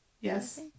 Yes